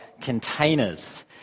containers